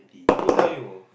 who tell you